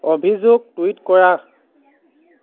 অভিযোগ টুইট কৰা